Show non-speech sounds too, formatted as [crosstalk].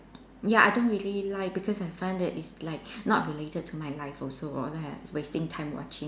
ya I don't really like because I find that it's like [breath] not related to my life also all that is wasting time watching